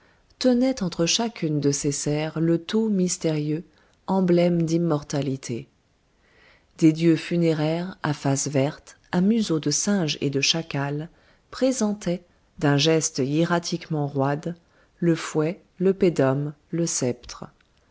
tenait entre chacune de ses serres le tau mystérieux emblème d'immortalité des dieux funéraires à face verte à museau de singe et de chacal présentaient d'un geste hiératiquement roide le fouet le pedum le sceptre